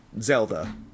Zelda